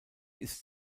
ist